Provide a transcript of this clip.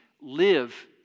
live